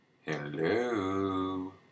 Hello